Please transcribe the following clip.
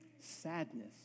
sadness